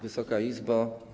Wysoka Izbo!